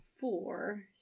Four